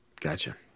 Gotcha